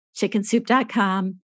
chickensoup.com